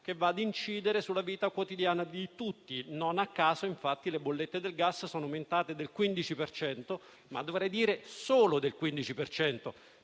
che va ad incidere sulla vita quotidiana di tutti. Non a caso, le bollette del gas sono aumentate del 15 per cento, ma dovrei dire solo del 15